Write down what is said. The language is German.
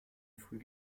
früh